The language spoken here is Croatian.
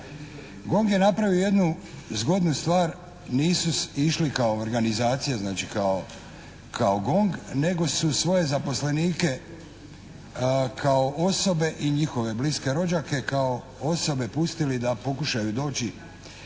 GONG je napravio jednu zgodnu stvar, nisu išli kao organizacija, znači kao GONG nego su svoje zaposlenike kao osobe i njihove bliske rođake, kao osobe pokušali pustiti da doći